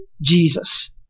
Jesus